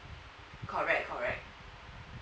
correct correct